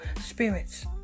spirits